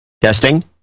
Testing